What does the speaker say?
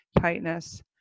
tightness